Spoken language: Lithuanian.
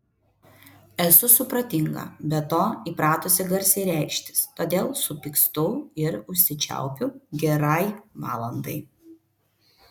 esu supratinga be to įpratusi garsiai reikštis todėl supykstu ir užsičiaupiu gerai valandai